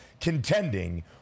contending